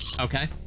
Okay